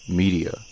media